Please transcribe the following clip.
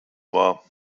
war